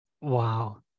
Wow